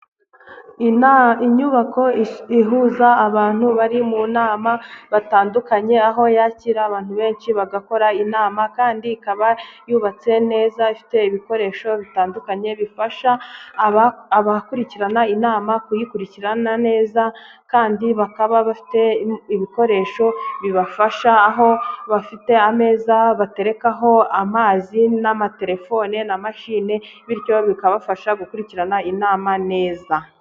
Inyubako ihuza abantu bari mu nama batandukanye, aho yakira abantu benshi bagakora inama, kandi ikaba yubatse neza ifite ibikoresho bitandukanye bifasha abakurikirana inama kuyikurikirana neza. Kandi bakaba bafite ibikoresho bibafasha aho bafite ameza baterekaho amazi, n'amaterefone na mashine bityo bikabafasha gukurikirana inama neza.